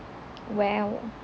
!wow!